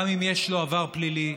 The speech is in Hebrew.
גם אם יש לו עבר פלילי,